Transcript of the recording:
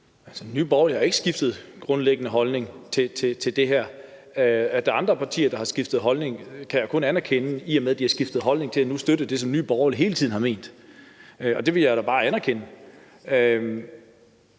Nye Borgerlige har ikke skiftet grundlæggende holdning til det her. At der er andre partier, der har skiftet holdning, kan jeg kun anerkende, i og med at de har skiftet holdning til, at de nu støtter det, som Nye Borgerlige hele tiden har ment, og det vil jeg da bare anerkende.